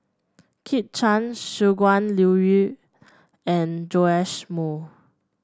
Kit Chan Shangguan Liuyun and Joash Moo